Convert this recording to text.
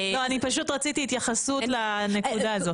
אני פשוט רציתי התייחסות לנקודה הזאת.